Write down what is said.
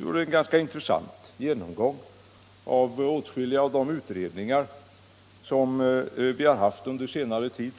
gjorde en ganska intressant genomgång av åtskilliga av de utredningar som gjorts under senare tid.